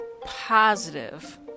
positive